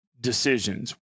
decisions